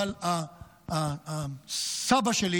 היא שסבא שלי